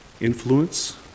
influence